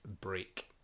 break